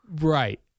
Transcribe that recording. right